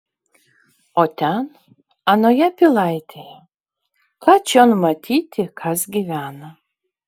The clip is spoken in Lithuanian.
o ten anoje pilaitėje ką čion matyti kas gyvena